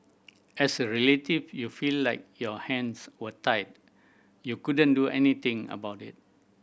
and as a relative you feel like your hands were tied you couldn't do anything about it